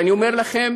ואני אומר לכם,